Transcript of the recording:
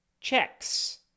checks